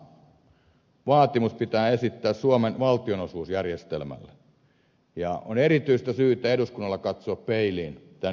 tämä sama vaatimus pitää esittää suomen valtionosuusjärjestelmälle ja on erityistä syytä eduskunnalla katsoa peiliin tämän järjestelmän osalta